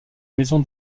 maison